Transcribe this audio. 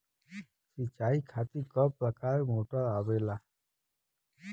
सिचाई खातीर क प्रकार मोटर आवेला?